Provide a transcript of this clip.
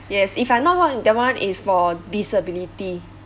yes if I not wrong that one is for disability